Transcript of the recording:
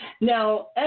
Now